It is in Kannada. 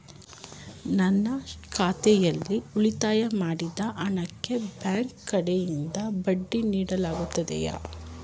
ನನ್ನ ಖಾತೆಯಲ್ಲಿ ಉಳಿತಾಯ ಮಾಡಿದ ಹಣಕ್ಕೆ ಬ್ಯಾಂಕ್ ಕಡೆಯಿಂದ ಬಡ್ಡಿ ನೀಡಲಾಗುತ್ತದೆಯೇ?